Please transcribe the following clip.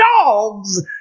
dogs